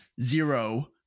zero